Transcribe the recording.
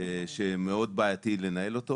מאוד בעייתי לניהול.